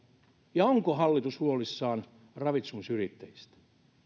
ja onko hallitus huolissaan ravitsemusyrittäjistä